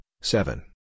seven